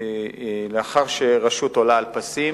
לאחר שרשות עולה על פסים